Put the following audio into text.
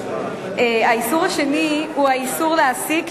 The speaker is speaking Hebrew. האיסור השני הוא האיסור להעסיק,